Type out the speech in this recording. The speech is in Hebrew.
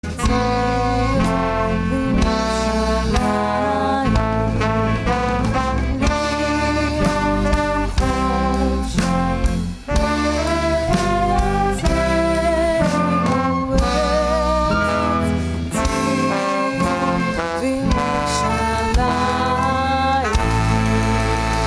ציון וירושלים, להיות עם חופשי בארצנו ארץ ציון וירושלים